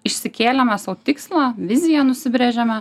išsikėlėme sau tikslą viziją nusibrėžėme